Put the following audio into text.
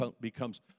becomes